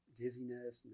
dizziness